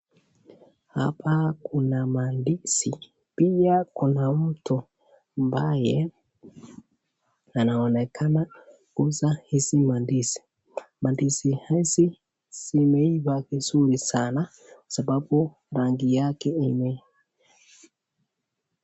Hapa kuna mandizi pia kuna mtu ambaye anaonekana kuuza hizi mandizi. Mandizi hizi zimeiva vizuri sana.